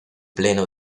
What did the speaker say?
pleno